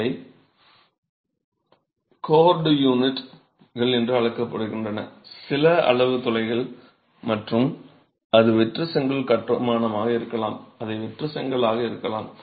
இவை கோர்ட் யூனிட்கள் என்று அழைக்கப்படுகின்றன சில அளவு துளைகள் மற்றும் அது வெற்று செங்கல் கட்டுமானமாக இருக்கலாம் அது வெற்று செங்கல்லாக இருக்கலாம்